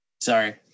Sorry